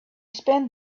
spent